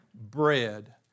bread